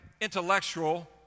intellectual